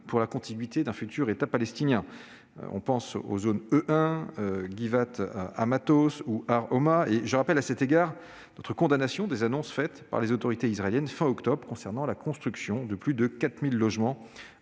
pour la contiguïté d'un futur État palestinien. On pense notamment aux zones E1, Givat Hamatos ou Har Homa. Je rappelle à cet égard notre condamnation des annonces faites par les autorités israéliennes à la fin du mois d'octobre de la construction de plus de 4 000 logements